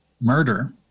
murder